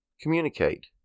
communicate